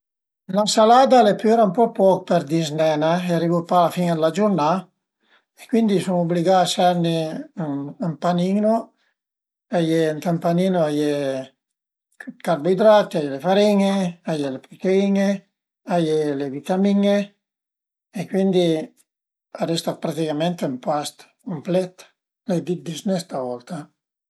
Üna salada al e püra ën po poch për dizné ne? Arivu pa a la fin d'la giurnà e cuindi sun ubligà a serni ën ën panino, ënt ën panino a ie d'carboidrati, a ie le farin-e, a ie le prutein-e, a ie le vitamin-e e cuindi a resta praticament ün past cumplèt, l'ai dit dizné sta volta